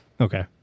Okay